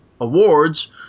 awards